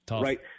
Right